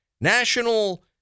National